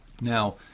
Now